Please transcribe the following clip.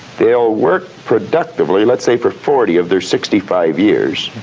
they'll work productively, let's say for forty of their sixty five years,